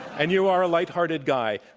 and you are a lighthearted guy.